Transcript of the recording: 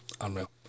Unreal